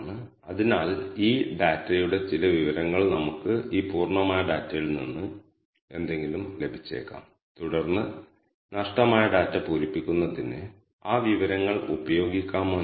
ഈ ഒബ്ജക്റ്റ് നിങ്ങൾ ചില വിവരങ്ങൾ ലഭിക്കാൻ ആഗ്രഹിക്കുന്ന ചില R ഒബ്ജക്റ്റാണ്